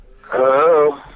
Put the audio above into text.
Hello